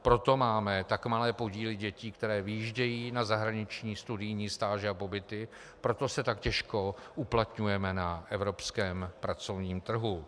Proto máme tak malé podíly dětí, které vyjíždějí na zahraniční studijní stáže a pobyty, proto se tak těžko uplatňujeme na evropském pracovním trhu.